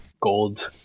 Gold